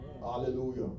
Hallelujah